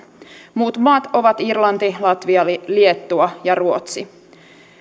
muut maat ovat irlanti latvia liettua ja ruotsi